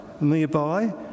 nearby